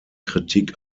kritik